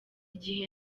gihe